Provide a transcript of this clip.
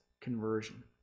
conversion